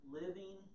living